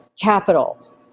capital